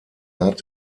art